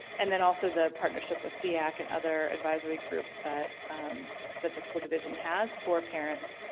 and then also the partnership with seac and other advisory groups that that the school division has for parents,